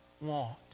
want